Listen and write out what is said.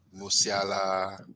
Musiala